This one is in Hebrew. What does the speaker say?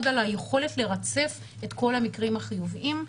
על היכולת לרצף את כל המקרים החיוביים.